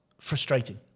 frustrating